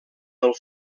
del